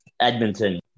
Edmonton